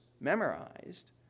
memorized